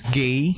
gay